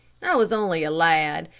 i was only a lad,